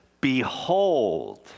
behold